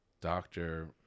doctor